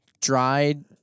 dried